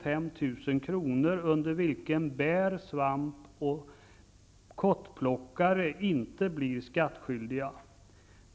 5 000 kr., under vilken bär-, svamp och kottplockare inte blir skattskyldiga.